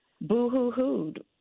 boo-hoo-hooed